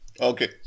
Okay